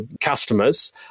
customers